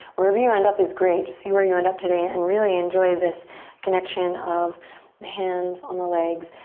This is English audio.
wherever you end up, is great. just see where you end up today and really enjoy this connection of the hands on the legs.